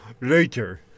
later